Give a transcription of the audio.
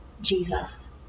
Jesus